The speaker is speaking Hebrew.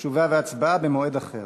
תשובה והצבעה במועד אחר.